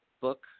book